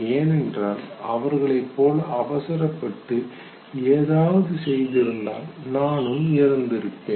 ஏனென்றால் அவர்களைப் போல அவசரப்பட்டு ஏதாவது செய்திருந்தால் நானும் இறந்திருப்பேன்